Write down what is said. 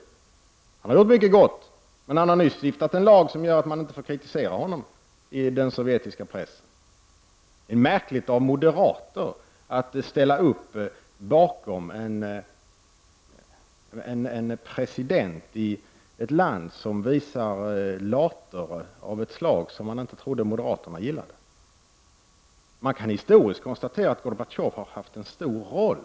Han har gjort mycket gott, men han har nyss stiftat en lag som innebär att man inte får kritisera honom i den sovjetiska pressen. Det är märkligt av moderater att ställa upp för en president, som visar later av ett slag som man inte trodde att moderaterna gillade. Det går att historiskt konstatera att Gorbatjov har spelat en stor roll.